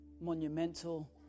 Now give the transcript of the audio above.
monumental